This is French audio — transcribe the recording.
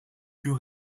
pus